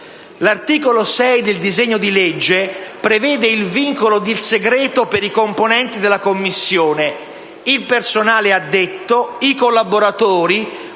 L'articolo 6 del disegno di legge prevede il vincolo del segreto per i componenti della Commissione, il personale addetto, i collaboratori